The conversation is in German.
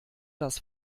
das